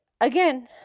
again